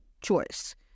choice